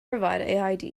provide